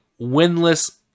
winless